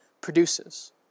produces